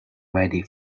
ready